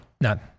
None